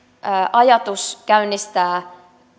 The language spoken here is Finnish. ajatus käynnistää